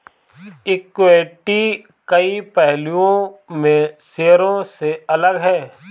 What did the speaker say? equity कई पहलुओं में शेयरों से अलग है